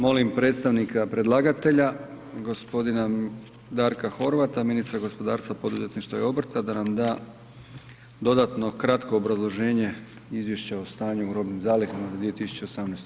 Molim predstavnika predlagatelja gospodina Darka Horvata, ministra gospodarstva, poduzetništva i obrta da nam da dodatno kratko obrazloženje izvješća o stanju u robnim zalihama za 2018.